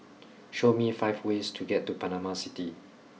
show me five ways to get to Panama City